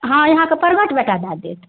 हँ अहाँके प्रगट बेटा दै देत